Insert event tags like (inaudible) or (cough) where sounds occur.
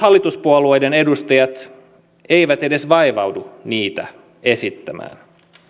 (unintelligible) hallituspuolueiden edustajat eivät edes vaivaudu niitä esittämään